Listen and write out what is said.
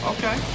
Okay